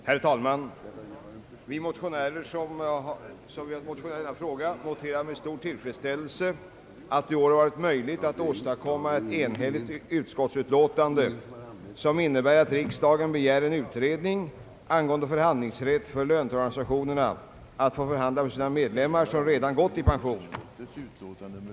Herr talman! Vi som motionerat i denna fråga noterar med stor tillfredsställelse att det i år varit möjligt att åstadkomma ett enhälligt utskottsutlåtande, som innebär att riksdagen begär en utredning angående förhandlingsrätt för löntagarorganisationerna att få förhandla för sina medlemmar som redan gått i pension.